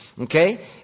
Okay